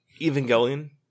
Evangelion